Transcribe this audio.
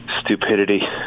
stupidity